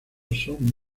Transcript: son